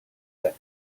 set